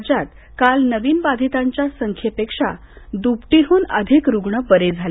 राज्यात काल नवीन बाधितांच्या संख्येपेक्षा दुपटीहून अधिक रुग्ण बरे झाले